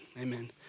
amen